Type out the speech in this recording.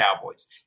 Cowboys